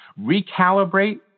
recalibrate